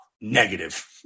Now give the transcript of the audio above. Negative